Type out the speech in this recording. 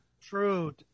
True